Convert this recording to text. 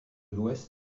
l’ouest